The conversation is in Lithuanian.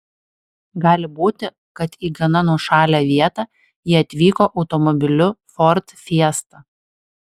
gali būti kad į gana nuošalią vietą jie atvyko automobiliu ford fiesta